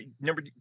number